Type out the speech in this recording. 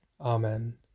Amen